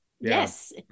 yes